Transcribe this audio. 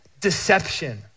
deception